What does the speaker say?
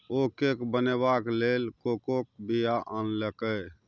ओ cake बनेबाक लेल कोकोक बीया आनलकै